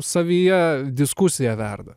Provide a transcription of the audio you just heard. savyje diskusija verda